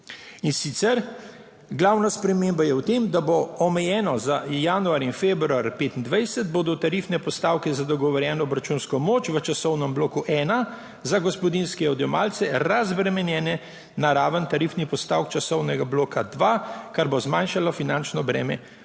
In sicer je glavna sprememba v tem, da bodo omejeno za januar in februar 2025 tarifne postavke za dogovorjeno obračunsko moč v časovnem bloku ena za gospodinjske odjemalce razbremenjene na raven tarifnih postavk časovnega bloka dva, kar bo zmanjšalo finančno breme omrežnine